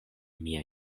mia